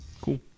Cool